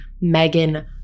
Megan